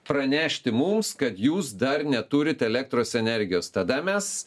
pranešti mums kad jūs dar neturit elektros energijos tada mes